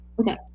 okay